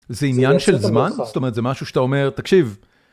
זה עניין של זמן, זאת אומרת זה משהו שאתה אומר, תקשיב.